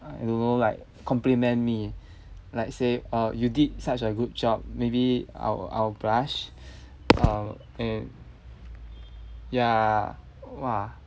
I don't know like compliment me like say orh you did such a good job maybe I'll I'll blush um and ya !wah!